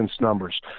numbers